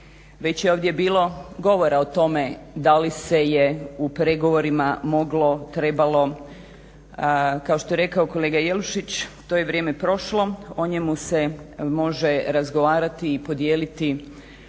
Već je ovdje bilo govora o tome da li se je u pregovorima moglo, trebalo kao što je rekao kolega Jelušić, to je vrijeme prošlo, o njemu se može razgovarati i podijeliti